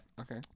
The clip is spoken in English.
Okay